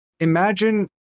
Imagine